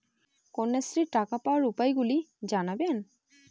কন্যাশ্রীর টাকা পাওয়ার উপায়গুলি জানাবেন?